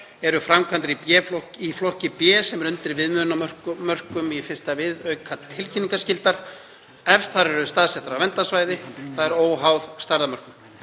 eru framkvæmdir í flokki B, sem eru undir viðmiðunarmörkum í 1. viðauka, tilkynningarskyldar ef þær eru staðsettar á verndarsvæði, þ.e. óháð stærðarmörkum.